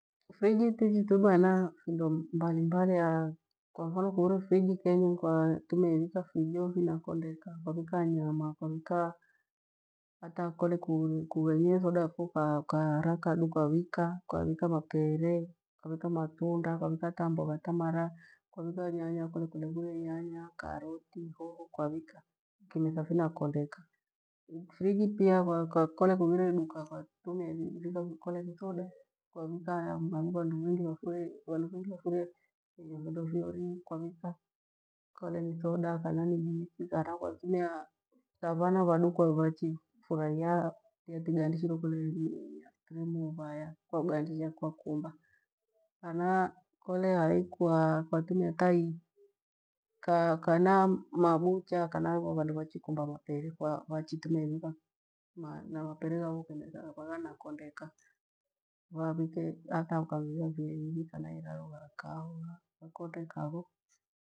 Friji tachitumiwa hena mambo mbalimbali kwa mfano kuuro friji kenyi kwatumia irika fijo vina kondeka kwa vika nyama kwavika hata kole kuleghire thoda yafo ukara kadu kwavika, kwavika mapere, kwavika matunda, kwavika hata mboga, ta mara kwavika nyanya. Kole kuure nyanya, karoti, hoho. Kwavika kimetha vinakundeka. Friji pia kwakolea kughire iduka kwa kutumia vika indo pihorie kwavika kole ni thoda kana ni juithikana kwa kutumia tha vana vadu kole vachifura iya tiya tigandishirwe kole ni aisiklim vaya kwagandisha kwakumba kana kole hai kwatumia hata ii kaa kana mabucha kana vandu vachikumba mapere vachitumia ivika mapere ghavo kimetha ghanakongeka vavike hata ikaghura mifiri ivi kana itharu ghaikaa ho ghakondeka gho.